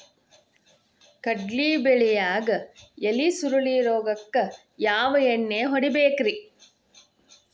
ಕಡ್ಲಿ ಬೆಳಿಯಾಗ ಎಲಿ ಸುರುಳಿ ರೋಗಕ್ಕ ಯಾವ ಎಣ್ಣಿ ಹೊಡಿಬೇಕ್ರೇ?